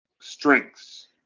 strengths